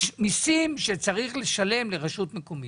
יש מסים שצריך לשלם לרשות מקומית.